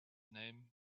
name